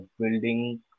building